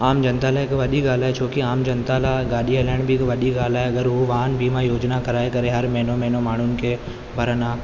आम जनता लाइ हिकु वॾी ॻाल्हि आहे छोकी आम जनता लाइ गाॾी हलाइणु बि हिकु वॾी ॻाल्हि आहे अगरि उहे वाहन बीमा योजना कराए करे हर महिनो माण्हुनि खे भरनि हा